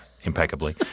impeccably